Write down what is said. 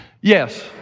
Yes